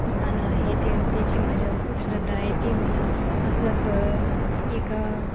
नाणं आहे ते त्याची माझ्यावर खूप श्रद्धा आहे ते मला असेच एका